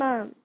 Mom